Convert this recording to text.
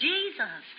Jesus